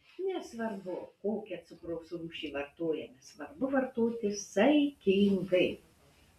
nesvarbu kokią cukraus rūšį vartojame svarbu vartoti saikingai